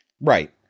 Right